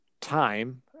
time